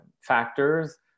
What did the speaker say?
factors